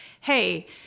hey